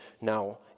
now